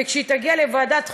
וכשהיא תגיע לוועדת חוקה,